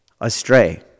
astray